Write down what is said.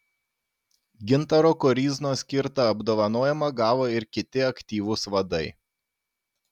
gintaro koryznos skirtą apdovanojimą gavo ir kiti aktyvūs vadai